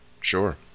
Sure